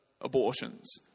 abortions